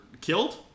killed